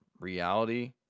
reality